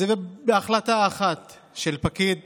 זה בהחלטה אחת של פקיד